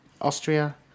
Austria